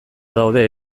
daude